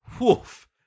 wolf